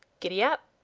gid-dap!